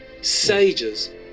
sages